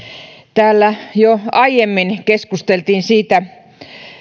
täällä jo aiemmin keskusteltiin siitä